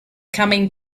coming